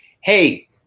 Hey